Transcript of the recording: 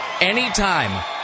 anytime